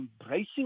embracing